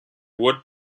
wood